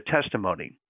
testimony